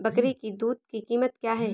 बकरी की दूध की कीमत क्या है?